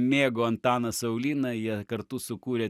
mėgo antaną saulyną jie kartu sukūrė